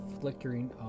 flickering